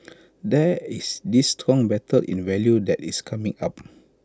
there is this strong battle in value that is coming up